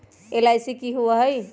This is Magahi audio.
एल.आई.सी की होअ हई?